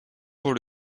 pour